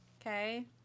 Okay